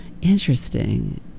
interesting